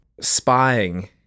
spying